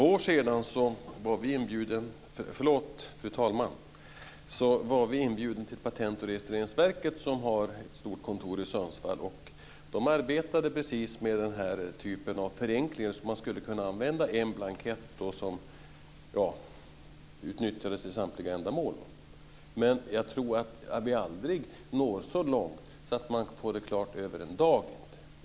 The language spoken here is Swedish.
Fru talman! För ett år sedan var vi inbjudna till Patent och registreringsverket som har ett stort kontor i Sundsvall. De arbetade just med den aktuella typen av förenkling - dvs. att en blankett ska kunna användas för samtliga ändamål. Men jag tror inte att vi någonsin når så långt att sådant här blir klart över en dag.